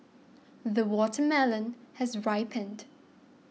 the watermelon has ripened